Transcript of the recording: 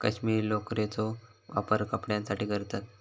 कश्मीरी लोकरेचो वापर कपड्यांसाठी करतत